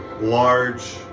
large